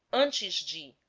antes de,